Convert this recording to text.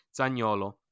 Zagnolo